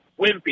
wimpy